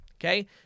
okay